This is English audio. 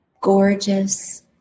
gorgeous